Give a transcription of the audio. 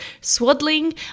swaddling